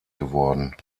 geworden